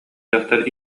дьахтар